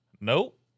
nope